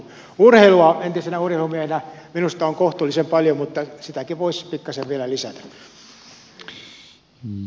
urheilua entisenä urheilumiehenä minusta on kohtuullisen paljon mutta sitäkin voisi pikkasen vielä lisätä